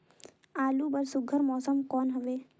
आलू बर सुघ्घर मौसम कौन हवे?